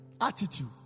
Attitude